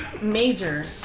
Major